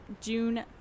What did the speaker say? June